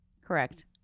Correct